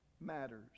matters